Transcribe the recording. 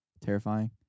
terrifying